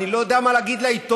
אני לא יודע מה להגיד לעיתונות.